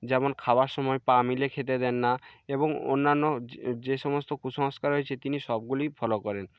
যেমন খাওয়ার সময় পা মেলে খেতে দেন না এবং অন্যান্য যে সমস্ত কুসংস্কার রয়েছে তিনি সবগুলিই ফলো করেন